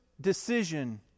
decision